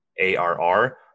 ARR